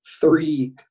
three –